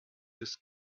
this